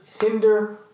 hinder